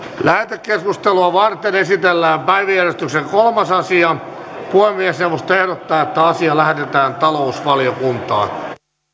lähetekeskustelua varten esitellään päiväjärjestyksen kolmas asia puhemiesneuvosto ehdottaa että asia lähetetään talousvaliokuntaan